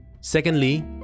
Secondly